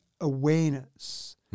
awareness